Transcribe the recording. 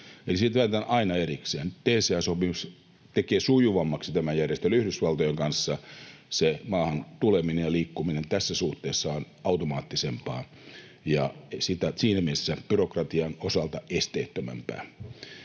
Eli siitä päätetään aina erikseen. DCA-sopimus tekee sujuvammaksi tämän järjestelyn Yhdysvaltojen kanssa, maahan tuleminen ja liikkuminen tässä suhteessa on automaattisempaa ja siinä mielessä byrokratian osalta esteettömämpää.